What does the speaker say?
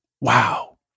wow